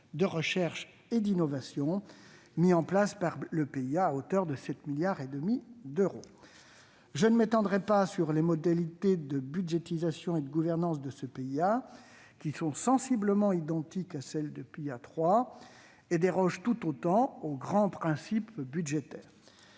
de recherche et d'innovation mis en place par le PIA, à hauteur de 7,5 milliards d'euros. Je ne m'étendrai pas sur les modalités de budgétisation et de gouvernance de ce PIA, qui sont sensiblement identiques à celles du PIA 3 et dérogent tout autant aux grands principes budgétaires.